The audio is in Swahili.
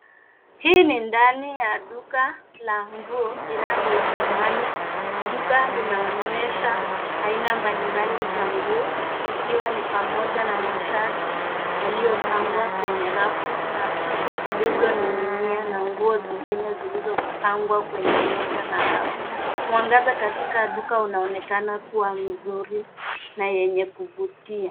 Hii ni ndani ya duka la nguo linaloitwa, manix. Duka linaonyesha aina mbalimbali za nguo ikiwa ni pamoja na mashati yaliyopangwa kwenye rafu na suti zilizoning'inia na nguo zingine zilizopangwa kwenye meza na rafu. Mwangaza katika duka unaonekana kuwa mzuri na yenye kuvutia.